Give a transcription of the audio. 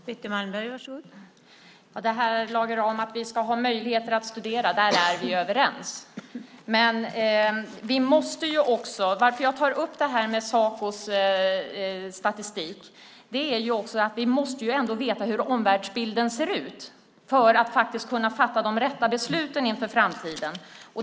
Fru talman! Vi är överens om att man ska ha möjligheter att studera, Lage Rahm. Men varför jag tar upp Sacos statistik är att vi ändå måste veta hur omvärldsbilden ser ut för att kunna fatta de rätta besluten inför framtiden.